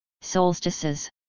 solstices